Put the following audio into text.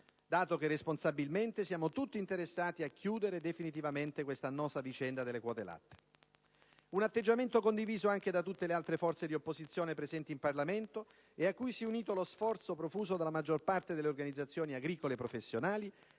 dato che responsabilmente siamo tutti interessati a chiudere definitivamente l'annosa vicenda delle quote latte - e condiviso anche da tutte le altre forze di opposizione presenti in Parlamento, a cui si è unito lo sforzo profuso dalla maggior parte delle organizzazioni agricole professionali